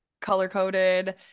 color-coded